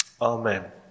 Amen